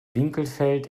winkelfeld